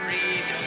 Read